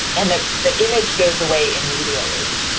and the the image goes away immediately.